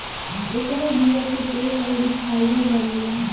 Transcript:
एकरा बीया से तेल अउरी फाइबर बनेला